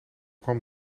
kwam